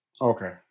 Okay